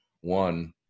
one